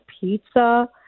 pizza